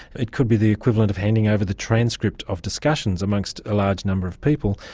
it could be the equivalent of handing over the transcript of discussions amongst a large number of people,